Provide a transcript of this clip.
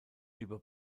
über